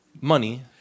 money